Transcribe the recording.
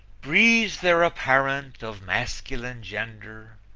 breathes there a parent of masculine gender,